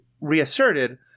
reasserted